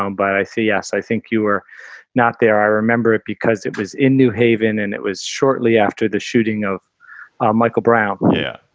um but i see. yes, i think you're not there. i remember it because it was in new haven and it was shortly after the shooting of michael brown yeah.